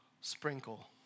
sprinkle